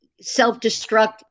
self-destruct